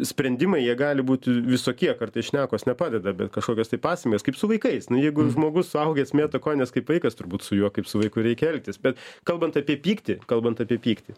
sprendimai jie gali būti visokie kartais šnekos nepadeda bet kažkokios tai pasekmes kaip su vaikais jeigu žmogus suaugęs mėto kojines kaip vaikas turbūt su juo kaip su vaiku reikia elgtis bet kalbant apie pyktį kalbant apie pyktį